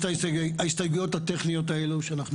את ההסתייגויות הטכניות האלה שאנחנו